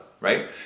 right